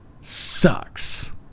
sucks